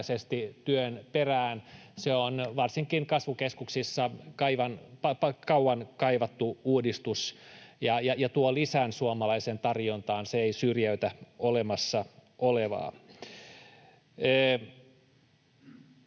työn perään. Se on varsinkin kasvukeskuksissa kauan kaivattu uudistus ja tuo lisän suomalaiseen tarjontaan. Se ei syrjäytä olemassa olevaa.